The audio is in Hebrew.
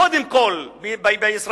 קודם כול בישראלים,